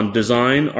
design